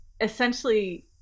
essentially